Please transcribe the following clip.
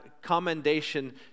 commendation